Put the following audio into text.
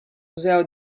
museo